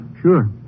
Sure